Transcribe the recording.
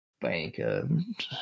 Bank